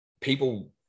people